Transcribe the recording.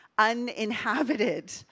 uninhabited